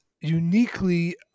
uniquely